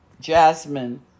Jasmine